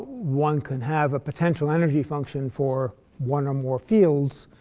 one can have a potential energy function for one or more fields.